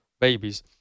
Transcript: babies